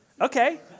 Okay